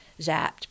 zapped